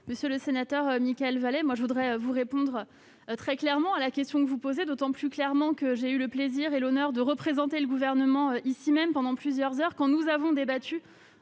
Monsieur le sénateur Mickaël Vallet, je répondrai très clairement à la question que vous posez. Je le ferai d'autant plus volontiers que j'ai eu le plaisir et l'honneur de représenter le Gouvernement ici même pendant plusieurs heures, quand nous avons débattu,